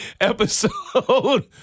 Episode